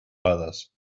others